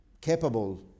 capable